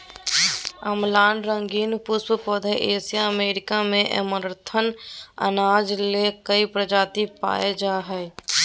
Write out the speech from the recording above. अम्लान रंगीन पुष्प पौधा एशिया अमेरिका में ऐमारैंथ अनाज ले कई प्रजाति पाय जा हइ